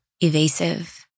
evasive